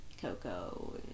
Coco